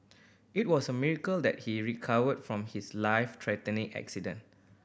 it was a miracle that he recovered from his life threatening accident